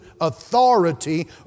authority